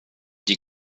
die